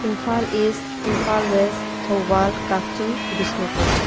Imphal is Imphal was Thoubal Kakching Bishnupur